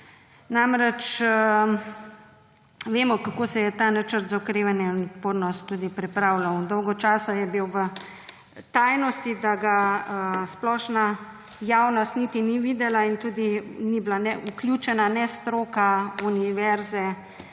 Namreč, vemo, kako se je ta Načrt za okrevanje in odpornost tudi pripravljal. Dolgo časa je bil v tajnosti, da ga splošna javnost niti ni videla in tudi ni bila vključena ne stroka, univerze